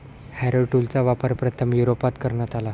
Harrow टूलचा वापर प्रथम युरोपात करण्यात आला